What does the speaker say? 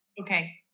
Okay